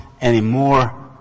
anymore